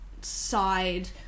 side